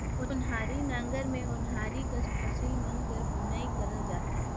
ओन्हारी नांगर मे ओन्हारी कस फसिल मन कर बुनई करल जाथे